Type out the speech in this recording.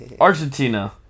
Argentina